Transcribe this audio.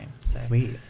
Sweet